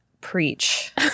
Preach